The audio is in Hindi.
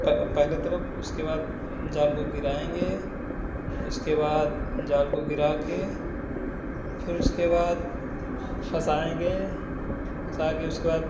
प पहले तरफ उसके बाद जाल को गिराएंगे उसके उसके बाद जाल को गिरा कर फिर उसके बाद फँसाएंगे फँसा कर उसके बाद